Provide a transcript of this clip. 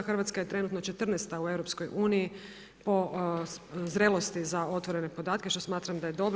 Hrvatska je trenutno 14. u EU po zrelosti za otvorene podatke što smatram da je dobro.